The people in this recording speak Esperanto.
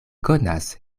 konas